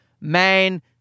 man